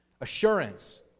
Assurance